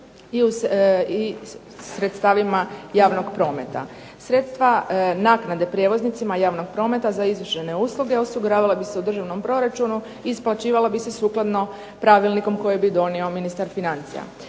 i sredstvima javnog prometa. Sredstva naknade prijevoznicima javnog prometa za izvršene usluge osiguravale bi se u državnom proračunu i isplaćivala bi se sukladno pravilnikom koje bi donio ministar financija.